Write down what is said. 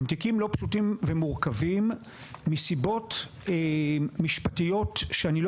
הם תיקים לא פשוטים ומורכבים מסיבות משפטיות שאני לא